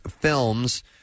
films